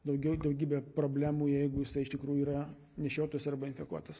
daugiau daugybę problemų jeigu jisai iš tikrųjų yra nešiotojas arba infekuotas